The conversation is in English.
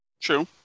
True